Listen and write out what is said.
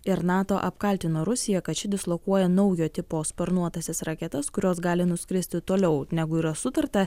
ir nato apkaltino rusiją kad ši dislokuoja naujo tipo sparnuotąsias raketas kurios gali nuskristi toliau negu yra sutarta